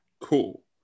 Cool